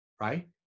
right